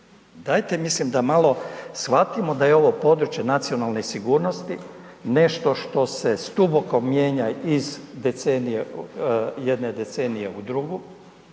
Dajte mislim da malo shvatimo da je ovo područje nacionalne sigurnosti, nešto što se …/nerazumljivo/… mijenja iz decenije, jedne decenije u drugu,